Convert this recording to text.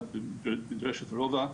אחד במדרשת רובע,